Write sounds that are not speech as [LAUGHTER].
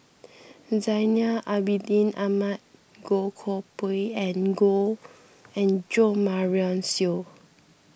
Zainal Abidin Ahmad Goh Koh Pui and [UNINTELLIGIBLE] and Jo Marion Seow